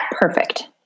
Perfect